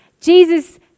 Jesus